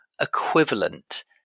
equivalent